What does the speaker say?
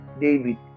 David